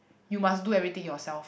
you must do everything yourself